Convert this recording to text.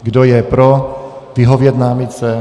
Kdo je pro vyhovět námitce?